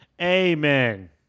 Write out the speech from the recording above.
Amen